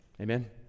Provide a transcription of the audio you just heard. Amen